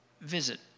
visit